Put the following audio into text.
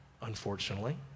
unfortunately